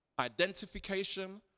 identification